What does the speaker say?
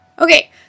Okay